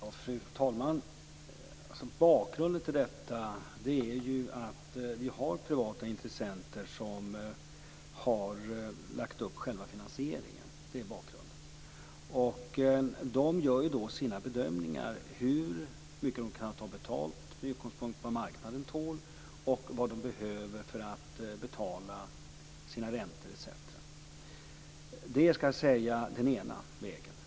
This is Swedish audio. Fru talman! Bakgrunden till detta är att det är privata intressenter som har lagt upp själva finansieringen. De gör sina bedömningar av hur mycket de kan ta betalt, med utgångspunkt i vad marknaden tål och vad de behöver för att betala sina räntor etc. Det är den ena vägen.